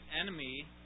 enemy